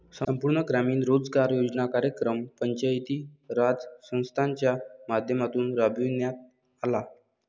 संपूर्ण ग्रामीण रोजगार योजना कार्यक्रम पंचायती राज संस्थांच्या माध्यमातून राबविण्यात आला